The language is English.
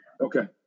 Okay